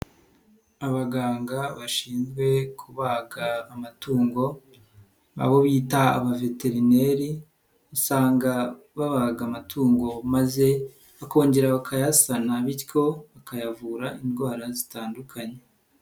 Abaganga bashinzwe kubaga amatungo abo bita abaveterineri usanga babaga amatungo maze bakongera bakayasana bityo bakayavura indwara zitandukanye.